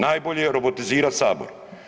Najbolje je robotizirati Sabor.